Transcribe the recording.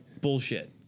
Bullshit